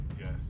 Yes